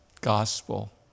gospel